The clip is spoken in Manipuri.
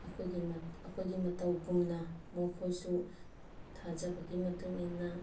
ꯑꯩꯈꯣꯏꯒꯤ ꯑꯩꯈꯣꯏꯒꯤ ꯃꯇꯧꯒꯨꯝꯅ ꯃꯈꯣꯏꯁꯨ ꯊꯥꯖꯕꯒꯤ ꯃꯇꯨꯡꯏꯟꯅ